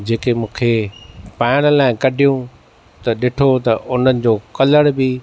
जेके मूंखे पाइणु लाइ कढियूं त ॾिठो त हुननि जो कलर बि